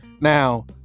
Now